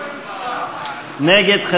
נגד,